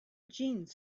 jeans